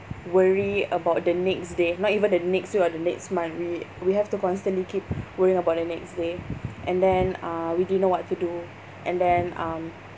worry about the next day not even the next week or the next month we we have to constantly keep worrying about the next day and then uh we didn't know what to do and then um